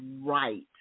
right